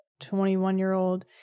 21-year-old